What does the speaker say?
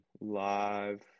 live